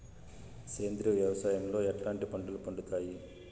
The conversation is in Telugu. సేంద్రియ వ్యవసాయం లో ఎట్లాంటి పంటలు పండుతాయి